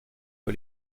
que